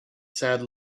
sad